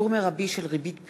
(שיעור מרבי של ריבית פיגורים),